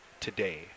today